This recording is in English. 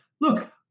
look